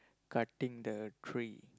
cutting the tree